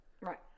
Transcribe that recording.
Right